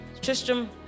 Tristram